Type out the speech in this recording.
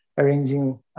arranging